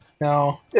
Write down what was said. No